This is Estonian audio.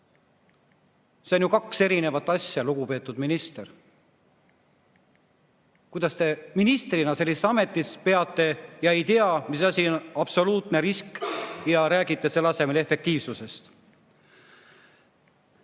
Need on ju kaks erinevat asja, lugupeetud minister. Kuidas te ministrina sellist ametit peate ja ei tea, mis asi on absoluutne risk, ja räägite selle asemel efektiivsusest?